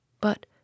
But